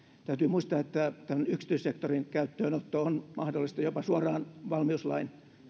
täytyy muistaa että yksityissektorin käyttöönotto tätä kapasiteettia kasvattamaan on mahdollista jopa suoraan valmiuslain